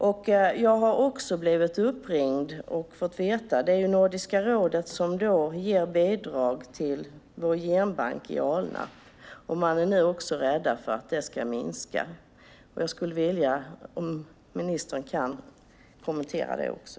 Det är Nordiska rådet som ger bidrag till vår genbank i Alnarp. Jag har blivit uppringd och fått reda på att man är rädd för att det ska minska. Jag skulle vilja att ministern kommenterar detta också.